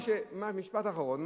משפט אחרון.